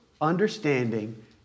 understanding